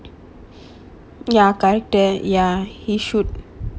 ya correct do ya he should